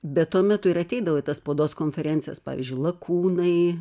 bet tuo metu ir ateidavo į tas spaudos konferencijas pavyzdžiui lakūnai